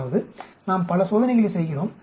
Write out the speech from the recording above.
அதாவது நாம் பல சோதனைகளை செய்கிறோம்